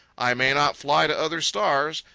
i may not fly to other stars,